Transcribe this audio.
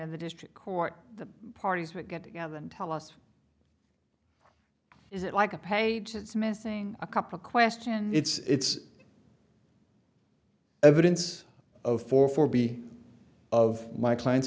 in the district court the parties would get together and tell us is it like a page it's missing a couple questions it's evidence of four four b of my client